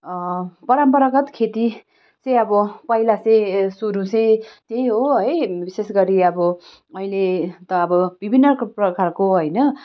परम्परागत खेती चाहिँ अब पहिला चाहिँ सुरु चाहिँ यही हो है विशेष गरी अब अहिले त अब विभिन्न प्रकारको होइन